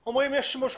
אומרים שיש שימוש חורג.